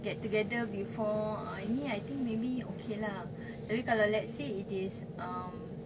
get together before ini I think maybe okay lah tapi kalau let say it is um